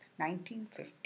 1950